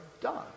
done